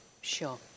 Sure